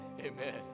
amen